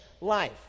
life